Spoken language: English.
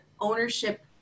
ownership